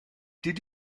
did